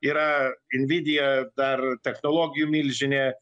yra nvidia dar technologijų milžinė